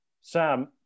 Sam